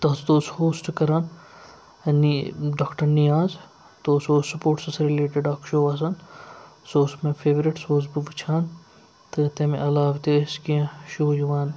تَتھ اوس ہوسٹ کَران نی ڈاکٹر نِیاز تہٕ اوس سٕپوٹسَس رِلیٹِڈ اَکھ شو آسان سُہ اوس مےٚ فٮ۪ورِٹ سُہ اوسُس بہٕ وٕچھان تہٕ تَمہِ علاوٕ تہِ ٲسۍ کینٛہہ شو یِوان